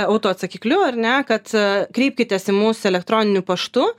autoatsakikliu ar ne kad kreipkitės į mus elektroniniu paštu